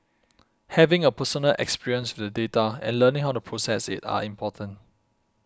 having a personal experience with the data and learning how to process it are important